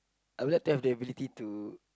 I would like to have the ability to